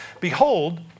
Behold